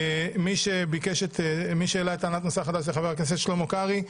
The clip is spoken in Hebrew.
מי שהעלה את טענת הנושא החדש הוא חבר הכנסת שלמה קרעי.